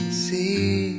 see